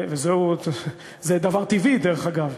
וזה דבר טבעי, דרך אגב.